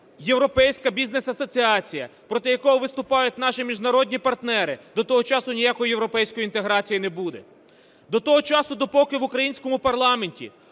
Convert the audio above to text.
Європейська Бізнес Асоціація, проти якого виступають наші міжнародні партнери, до того часу ніякої європейської інтеграції не буде. До того часу, допоки в українському парламенті